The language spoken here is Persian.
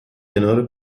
کنار